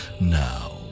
Now